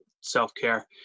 self-care